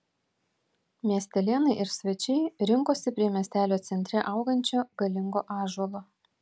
miestelėnai ir svečiai rinkosi prie miestelio centre augančio galingo ąžuolo